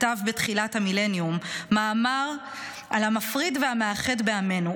כתב בתחילת המילניום מאמר על המפריד והמאחד בעמנו,